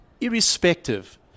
irrespective